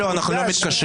אנחנו לא מתקשים.